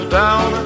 down